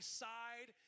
side